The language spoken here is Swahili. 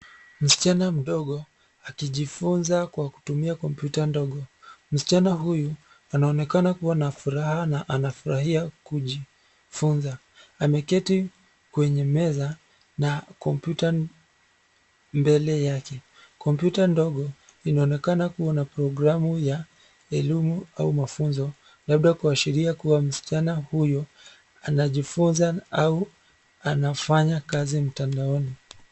Msichana mdogo, akijifunza kwa kutumia kompyuta ndogo. Msichana huyu, anaonekana kuwa na furaha na anafurahia kujifunza. Ameketi kwenye meza na kompyuta mbele yake. Kompyuta ndogo inaonekana kuwa na programu ya elimu au mafunzo, labda kuashiria kuwa msichana huyo, anajifunza au anafanya kazi mtandaoni.